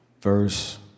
verse